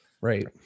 Right